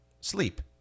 sleep